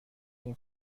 این